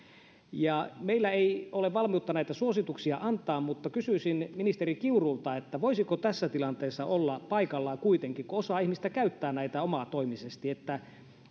meillä ei ole valmiutta näitä suosituksia antaa mutta kysyisin ministeri kiurulta voisiko tässä tilanteessa kuitenkin olla paikallaan kun osa ihmisistä käyttää näitä omatoimisesti että